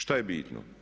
Što je bitno?